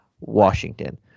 Washington